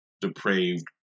depraved